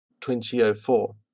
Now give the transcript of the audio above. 2004